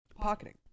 pocketing